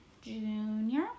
junior